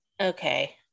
Okay